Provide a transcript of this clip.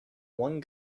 one